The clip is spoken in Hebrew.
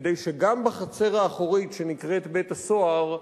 כדי שגם בחצר האחורית שנקראת "בית-הסוהר"